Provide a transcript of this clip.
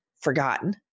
forgotten